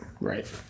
Right